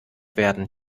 werden